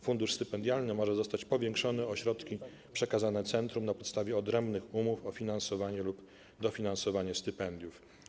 Fundusz stypendialny może zostać powiększony o środki przekazane centrum na podstawie odrębnych umów o finansowanie lub dofinansowanie stypendiów.